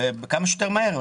כמה שיותר מהר,